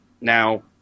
Now